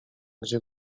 gdzie